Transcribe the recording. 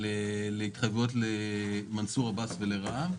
התחייבויות למנסור עבאס ולרע"מ,